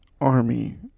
army